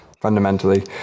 Fundamentally